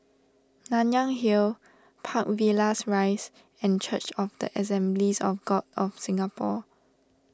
Nanyang Hill Park Villas Rise and Church of the Assemblies of God of Singapore